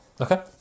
Okay